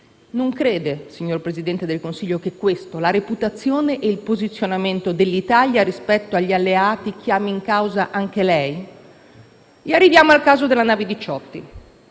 Non crede, signor Presidente del Consiglio, che la reputazione e il posizionamento dell'Italia rispetto agli alleati chiamino in causa anche lei? Arriviamo così al caso della nave